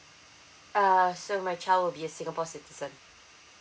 uh so my child will be a singapore citizen